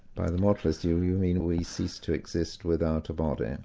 by the mortalist view, you mean we cease to exist without a body? and